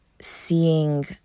seeing